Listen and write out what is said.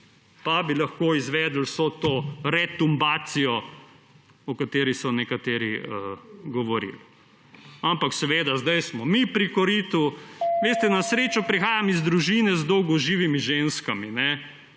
pa bi lahko izvedli vso to retumbacijo, o kateri so nekateri govorili. Ampak, seveda, zdaj smo mi pri koritu. Veste, na srečo prihajam iz družine z dolgoživimi ženskami.